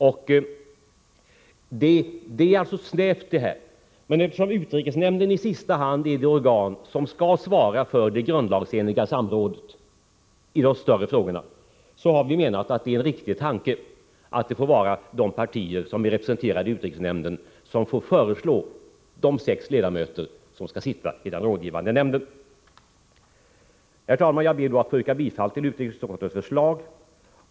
Urvalet är alltså snävt, men eftersom utrikesnämnden är det organ som i sista hand skall svara för det grundlagsenliga samrådet i de större frågorna, har vi menat att det är en riktig tanke att de partier som är representerade i utrikesnämnden får föreslå de sex ledamöter som skall sitta i den rådgivande nämnden. Herr talman! Jag ber att få yrka bifall till utskottets förslag.